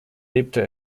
lebte